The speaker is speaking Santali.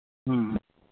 ᱦᱩᱸ